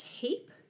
tape